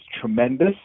tremendous